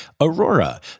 Aurora